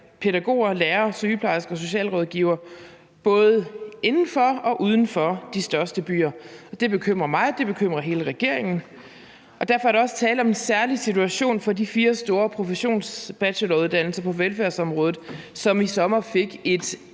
pædagoger, lærere, sygeplejersker og socialrådgivere, både inden for og uden for de største byer. Det bekymrer mig, det bekymrer hele regeringen, og derfor er der også tale om en særlig situation for de fire store professionsbacheloruddannelser på velfærdsområdet, hvor der i sommer var et